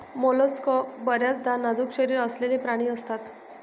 mollusc बर्याचदा नाजूक शरीर असलेले प्राणी असतात